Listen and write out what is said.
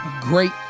great